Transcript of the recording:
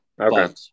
Okay